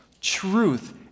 truth